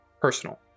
personal